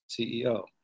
CEO